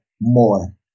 more